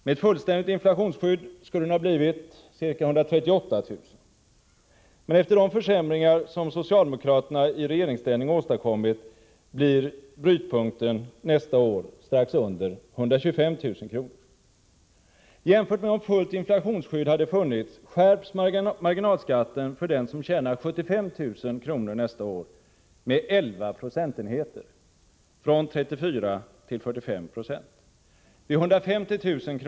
Med fullständigt inflationsskydd skulle den ha blivit ca 138 000 kr., men efter de försämringar som socialdemokraterna i regeringsställning åstadkommit kommer brytpunkten att ligga strax under 125 000 kr. Jämfört med om fullt inflationsskydd hade funnits skärps marginalskatten för den som tjänar 75 000 kr. nästa år med 11 procentenheter — från 34 till 45 96. Vid en inkomst på 150 000 kr.